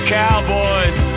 cowboys